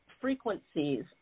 frequencies